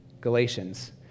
Galatians